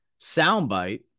soundbite